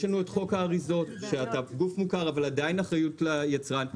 יש חוק האריזות שלפיו אתה עדיין גוף מוכר אבל עדיין אחריות ליצרן.